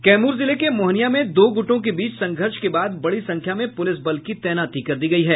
कैमूर जिले के मोहनियां में दो गुटों के बीच संघर्ष के बाद बड़ी संख्या में पुलिस बल की तैनाती कर दी गयी है